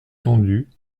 tendus